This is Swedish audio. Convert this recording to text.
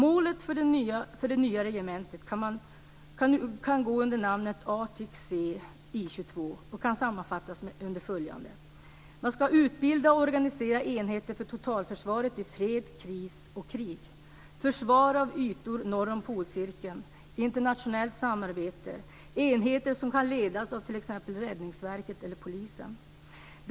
Målet för det nya regementet, som kan gå under namnet ARTIC C I 22, kan sammanfattas med följande: · Enheter som kan ledas av t.ex. Räddningsverket eller polisen.